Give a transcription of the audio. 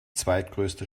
zweitgrößte